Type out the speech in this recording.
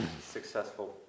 successful